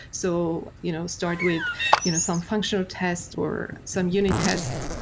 so you know start with you know some functional test or some unit test.